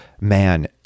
man